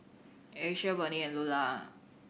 Asia Bernie and Lulah